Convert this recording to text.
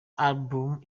albums